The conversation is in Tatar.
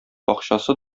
бакчасы